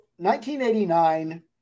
1989